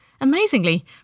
Amazingly